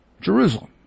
Jerusalem